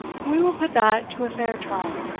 we will put that to a fair trial,